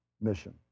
mission